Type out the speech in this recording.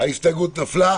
הצבעה